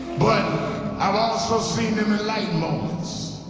but i've also seen them in light moments.